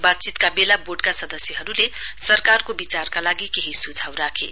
बातचीतका बेला वोर्डका सदस्याहरुले सरकारको विचारका लागि केही सुझाउ राखे